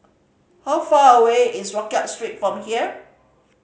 how far away is Rodyk Street from here